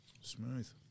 Smooth